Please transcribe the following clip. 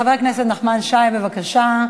חבר הכנסת נחמן שי, בבקשה.